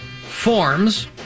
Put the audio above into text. forms